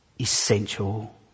essential